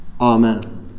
Amen